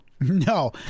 No